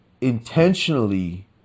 intentionally